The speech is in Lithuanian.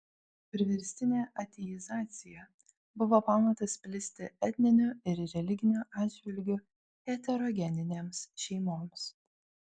priverstinė ateizacija buvo pamatas plisti etniniu ir religiniu atžvilgiu heterogeninėms šeimoms